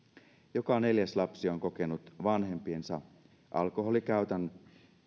joka neljäs lapsi on kokenut vanhempiensa alkoholinkäytön